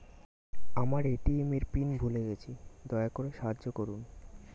আমার এ.টি.এম এর পিন ভুলে গেছি, দয়া করে সাহায্য করুন